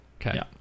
okay